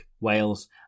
Wales